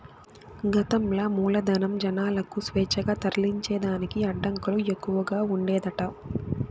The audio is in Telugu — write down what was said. గతంల మూలధనం, జనాలకు స్వేచ్ఛగా తరలించేదానికి అడ్డంకులు ఎక్కవగా ఉండేదట